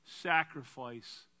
sacrifice